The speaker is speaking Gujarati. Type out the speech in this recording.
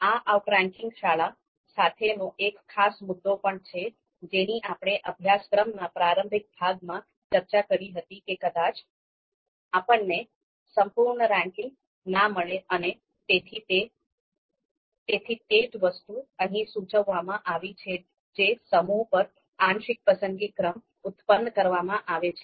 આ અઉટ રેન્કિંગ શાળા સાથેનો એક ખાસ મુદ્દો પણ છે જેની આપણે અભ્યાસક્રમના પ્રારંભિક ભાગમાં ચર્ચા કરી હતી કે કદાચ આપણને સંપૂર્ણ રેન્કિંગ ન મળે અને તેથી તે જ વસ્તુ અહીં સૂચવવામાં આવી છે જે સમૂહ પર આંશિક પસંદગી ક્રમ ઉત્પન્ન કરવામાં આવે છે